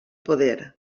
poder